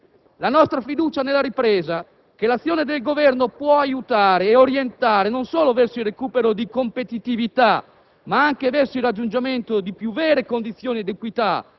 La nostra fiducia nella ripresa - che l'azione del Governo può aiutare e orientare non solo verso il recupero di competitività, ma anche verso il raggiungimento di più vere condizioni di equità